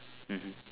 mmhmm